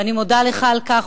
ואני מודה לך על כך,